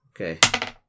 Okay